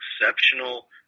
exceptional